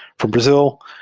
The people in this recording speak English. from brazi l,